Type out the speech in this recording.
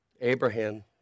Abraham